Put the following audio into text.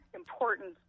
important